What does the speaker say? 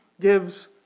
gives